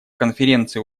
конференции